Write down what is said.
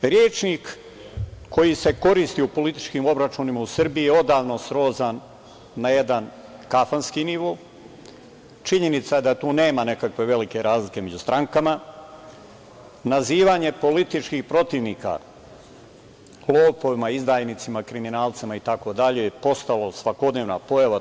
Rečnik koji se koji se koristi u političkim obračunima u Srbiji je odavno srozan na jedan kafanski nivo, činjenica da tu nema nekakve velike razlike među strankama, nazivanje političkih protivnika lopovima, izdajnicima, kriminalcima itd. je postalo svakodnevna pojava.